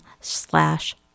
slash